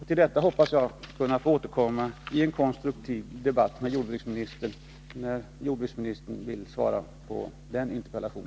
Till detta hoppas jag få återkomma i en konstruktiv debatt, när jordbruksministern svarar på min interpellation.